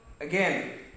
Again